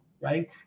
right